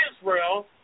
Israel